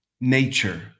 Nature